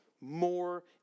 more